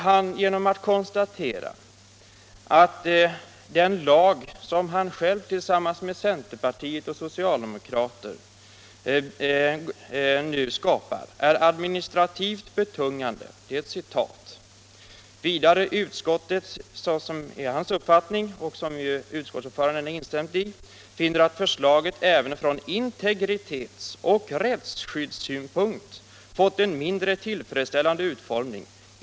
Herr Strömberg konstaterar att den lag som han själv tillsammans med centerpartister och socialdemokrater nu skapar är ”administrativt betungande”. Han anför vidare: ”Utskottet finner att förslaget även från integritetsoch rättsskyddssynpunkt fått en mindre tillfredsställande utformning.